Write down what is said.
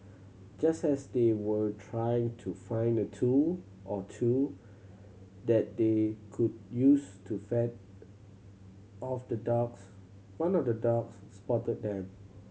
just as they were trying to find a tool or two that they could use to fend off the dogs one of the dogs spotted them